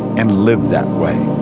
and live that way.